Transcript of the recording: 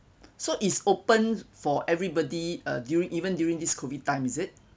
so is open for everybody uh during even during this COVID time is it